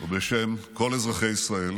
ובשם כל אזרחי ישראל